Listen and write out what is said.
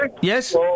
Yes